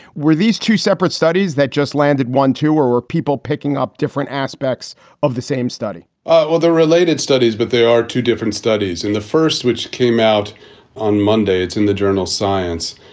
were these two separate studies that just landed one, two, or were people picking up different aspects of the same study or the related studies? but there are two different studies. and the first, which came out on monday, it's in the journal science.